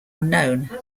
unknown